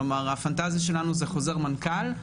כלומר, הפנטזיה שלנו זה חוז"ר מנכ"ל,